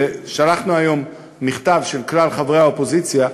ושלחנו היום מכתב של כלל חברי האופוזיציה,